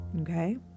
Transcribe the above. Okay